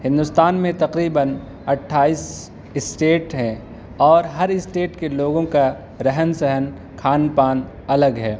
ہندوستان میں تقریباً اٹھائیس اسٹیٹ ہیں اور ہر اسٹیٹ کے لوگوں کا رہن سہن کھان پان الگ ہے